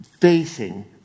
facing